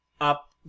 up